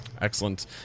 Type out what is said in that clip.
Excellent